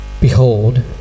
Behold